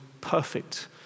perfect